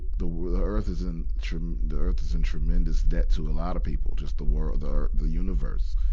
the the earth is in tre, um the earth is in tremendous debt to a lot of people. just the world, the earth, the universe.